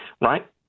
right